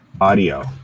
Audio